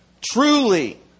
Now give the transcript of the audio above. truly